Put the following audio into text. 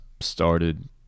started